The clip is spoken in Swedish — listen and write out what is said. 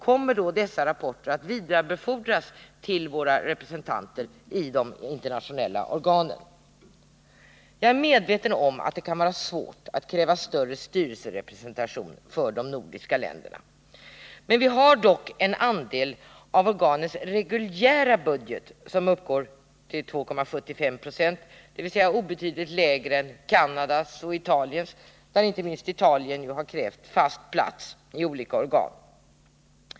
Kommer i så fall dessa rapporter att vidarebefordras till våra representanter i de internationella organen? Jag är medveten om att det kan vara svårt att kräva större styrelserepresentation för de nordiska länderna. Men vi har dock en andel av organens reguljära budget som uppgår till 2,75 90, dvs. obetydligt lägre än Canadas och Italiens. Inte minst Italien har ju krävt fast plats i olika organ.